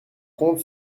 compte